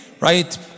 Right